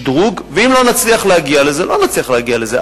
ואם לא נצליח להגיע לזה, לא נצליח להגיע לזה.